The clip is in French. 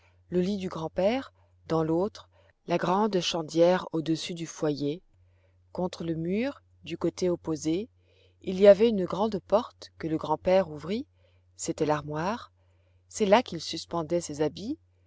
le lit du grand-père dans l'autre la grande chaudière au-dessus du foyer contre le mur du côté opposé il y avait une grande porte que le grand-père ouvrit c'était l'armoire c'est là qu'il suspendait ses habits